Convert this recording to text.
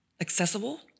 accessible